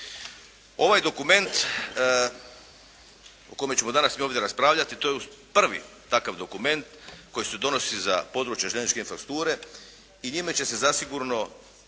Ovaj dokument o kome ćemo danas mi ovdje raspravljati, to je prvi takav dokument koji se donosi za područje željezničke infrastrukture i njime će se zasigurno